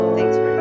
Thanks